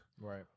right